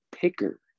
picker